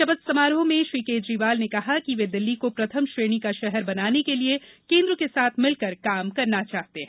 शपथ समारोह में केजरीवाल ने कहा कि वे दिल्ली को प्रथम श्रेणी का शहर बनाने के लिये केन्द्र के साथ मिलकर काम करना चाहते है